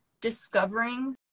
discovering